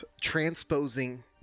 transposing